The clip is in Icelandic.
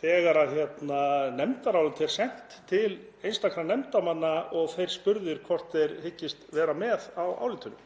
þegar nefndarálit er sent til einstakra nefndarmanna og þeir spurðir hvort þeir hyggist vera með á álitinu.